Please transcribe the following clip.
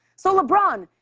so, lebron,